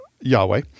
Yahweh